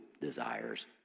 desires